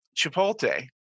Chipotle